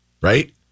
right